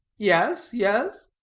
yes, yes.